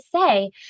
say